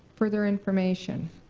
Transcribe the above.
further information.